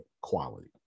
quality